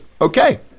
okay